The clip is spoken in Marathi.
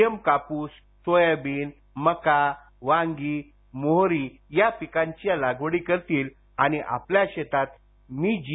एम काप्स सोयाबीन मका वांगी मोहरी या पिकांच्या लागवडी करतील आणि आपल्या शेतात मी जी